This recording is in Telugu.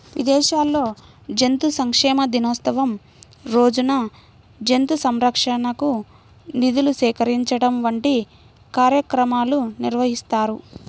విదేశాల్లో జంతు సంక్షేమ దినోత్సవం రోజున జంతు సంరక్షణకు నిధులు సేకరించడం వంటి కార్యక్రమాలు నిర్వహిస్తారు